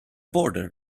border